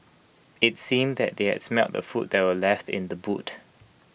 IT seemed that they had smelt the food that were left in the boot